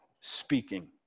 speaking